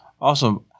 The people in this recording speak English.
Awesome